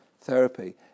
therapy